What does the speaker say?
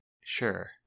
sure